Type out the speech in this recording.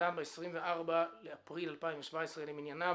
שניתן ב-24 באפריל 2017 למניינם,